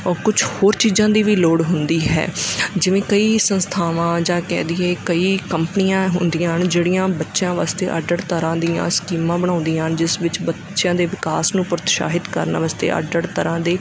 ਕੁਛ ਹੋਰ ਚੀਜ਼ਾਂ ਦੀ ਵੀ ਲੋੜ ਹੁੰਦੀ ਹੈ ਜਿਵੇਂ ਕਈ ਸੰਸਥਾਵਾਂ ਜਾਂ ਕਹਿ ਦਈਏ ਕਈ ਕੰਪਨੀਆਂ ਹੁੰਦੀਆਂ ਹਨ ਜਿਹੜੀਆਂ ਬੱਚਿਆਂ ਵਾਸਤੇ ਅੱਡ ਅੱਡ ਤਰ੍ਹਾਂ ਦੀਆਂ ਸਕੀਮਾਂ ਬਣਾਉਂਦੀਆਂ ਹਨ ਜਿਸ ਵਿੱਚ ਬੱਚਿਆਂ ਦੇ ਵਿਕਾਸ ਨੂੰ ਪ੍ਰੋਤਸ਼ਾਹਿਤ ਕਰਨ ਵਾਸਤੇ ਅੱਡ ਅੱਡ ਤਰ੍ਹਾਂ ਦੇ